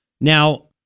Now